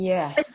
Yes